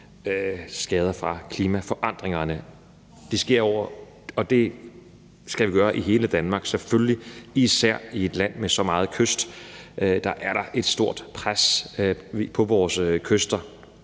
skader fra klimaforandringerne. Det skal vi gøre over hele Danmark, og selvfølgelig er der i et land med så meget kyst især et meget stort pres på vores kyster.